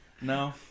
No